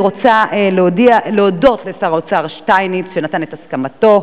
אני רוצה להודות לשר האוצר שטייניץ שנתן את הסכמתו.